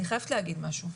אני חייבת להגיד משהו,